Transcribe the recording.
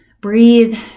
breathe